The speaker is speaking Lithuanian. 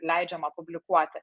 leidžiama publikuoti